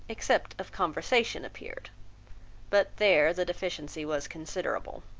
except of conversation, appeared but there, the deficiency was considerable.